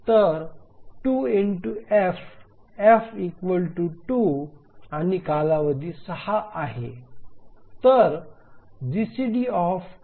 तर 2F F 2 आणि कालावधी 6 आहे